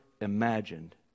imagined